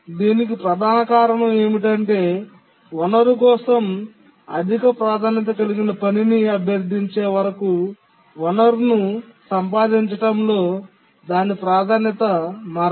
దీనికి ప్రధాన కారణం ఏమిటంటే వనరు కోసం అధిక ప్రాధాన్యత కలిగిన పనిని అభ్యర్థించే వరకు వనరును సంపాదించడంలో దాని ప్రాధాన్యత మారదు